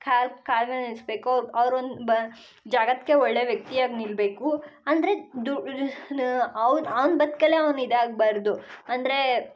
ಕಾಲ ಕಾಲ ಮೇಲೆ ನಿಲ್ಲಿಸ್ಬೇಕು ಅವ್ರು ಅವ್ರೊಂದು ಬ ಜಗತ್ತಿಗೆ ಒಳ್ಳೆಯ ವ್ಯಕ್ತಿ ಆಗಿ ನಿಲ್ಲಬೇಕು ಅಂದರೆ ಅವ್ನ ಅವ್ನ ಬದುಕಲ್ಲೆ ಅವ್ನು ಇದಾಗಬಾರ್ದು ಅಂದರೆ